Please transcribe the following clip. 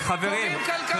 קוראים כלכלה,